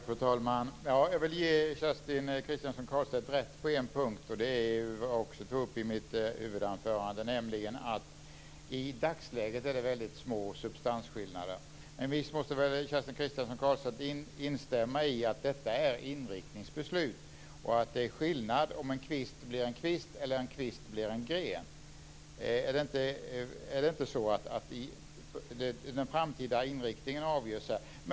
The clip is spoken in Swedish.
Fru talman! Jag ger Kerstin Kristiansson Karlstedt rätt på en punkt som jag också tog upp i mitt huvudanförande, nämligen att det i dagsläget föreligger väldigt små substansskillnader. Men visst måste väl Kerstin Kristiansson Karlstedt instämma i att det är fråga om inriktningsbeslut och att det är skillnad mellan att framställa en kvist som en kvist och att framställa en kvist som en gren. Är det inte så att den framtida inriktningen avgörs här?